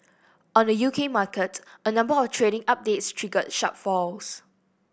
on the U K market a number of trading updates triggered sharp falls